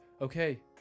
Okay